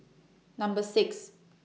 Number six